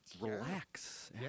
relax